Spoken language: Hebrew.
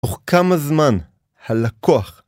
תוך כמה זמן הלקוח.